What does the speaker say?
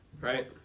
right